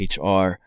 HR